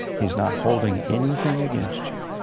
he's not holding anything against you.